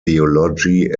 theology